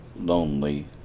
lonely